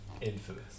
Infamous